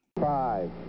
five